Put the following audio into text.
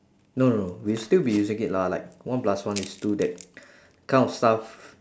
no no no we'll still be using it lah like one plus one is two that kind of stuff